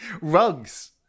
rugs